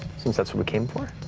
since that's what we came for.